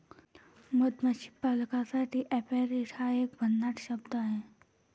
मधमाशी पालकासाठी ऍपेरिट हा एक भन्नाट शब्द आहे